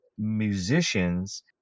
musicians